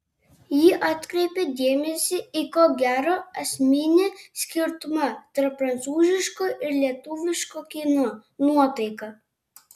ji atkreipė dėmesį į ko gero esminį skirtumą tarp prancūziško ir lietuviško kino nuotaiką